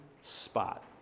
spot